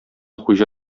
хуҗа